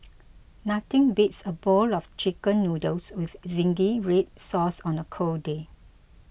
nothing beats a bowl of Chicken Noodles with Zingy Red Sauce on a cold day